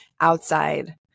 outside